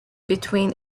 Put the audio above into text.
between